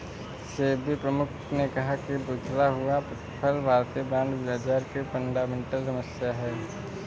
सेबी प्रमुख ने कहा कि बिखरा हुआ प्रतिफल भारतीय बॉन्ड बाजार की फंडामेंटल समस्या है